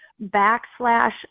backslash